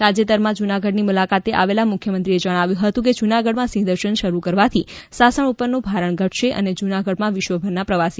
તાજેતરમાં જૂનાગઢની મુલાકાતે આવેલા મુખ્યમંત્રીશ્રીએ જણાવ્યું હતું કે જૂનાગઢમાં સિંહ દર્શન શરૂ કરવાથી સાસણ ઉપરનું ભારણ ઘટશે અને જૂનાગઢમાં વિશ્વભરના પ્રવાસી આવશે